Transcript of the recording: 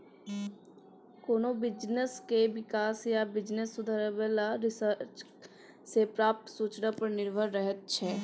कोनो बिजनेसक बिकास या बिजनेस सुधरब लेखा रिसर्च सँ प्राप्त सुचना पर निर्भर रहैत छै